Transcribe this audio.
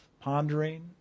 pondering